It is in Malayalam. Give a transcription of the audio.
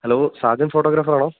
ഹാലോ സാജൻ ഫോട്ടോഗ്രാഫറാണോ